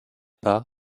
pas